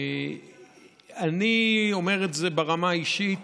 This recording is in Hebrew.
אני אומר את זה ברמה האישית,